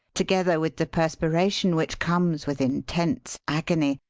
together with the perspiration which comes with intense agony,